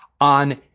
on